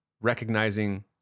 recognizing